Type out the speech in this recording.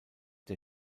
der